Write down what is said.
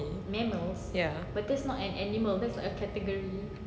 mammals ya